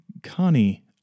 Connie